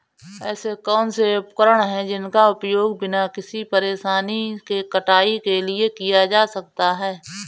ऐसे कौनसे उपकरण हैं जिनका उपयोग बिना किसी परेशानी के कटाई के लिए किया जा सकता है?